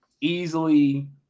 easily